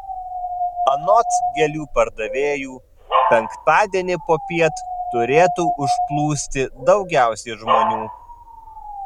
anot gėlių pardavėjų penktadienį popiet turėtų užplūsti daugiausiai žmonių